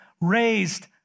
raised